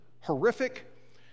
horrific